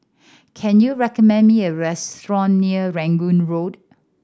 can you recommend me a restaurant near Rangoon Road